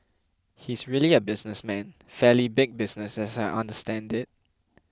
he's really a businessman fairly big business as I understand it